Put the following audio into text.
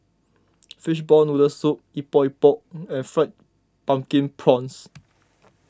Fishball Noodle Soup Epok Epok and Fried Pumpkin Prawns